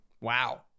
Wow